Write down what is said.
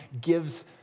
gives